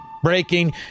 Breaking